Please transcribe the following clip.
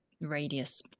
radius